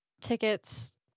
tickets